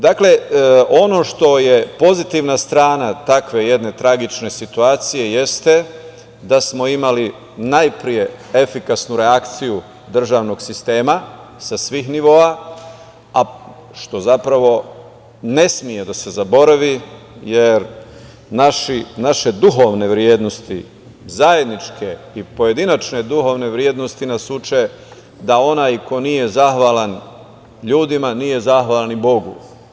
Dakle, ono što je pozitivna strana takve jedne tragične situacije jeste da smo imali najpre efikasnu reakciju državnog sistema sa svih nivoa, a što zapravo ne sme da se zaboravi, jer naše duhovne vrednosti, zajedničke i pojedinačne duhovne vrednosti nas uče da onaj ko nije zahvalan ljudima nije zahvalan ni Bogu.